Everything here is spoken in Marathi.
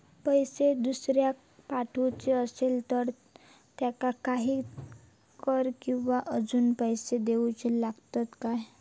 पैशे दुसऱ्याक पाठवूचे आसले तर त्याका काही कर किवा अजून पैशे देऊचे लागतत काय?